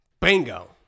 Bingo